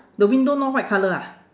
the window not white colour ah